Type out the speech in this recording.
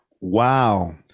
Wow